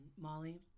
Molly